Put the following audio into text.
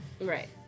Right